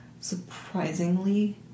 surprisingly